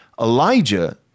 Elijah